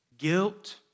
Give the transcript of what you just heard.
Guilt